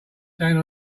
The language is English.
standing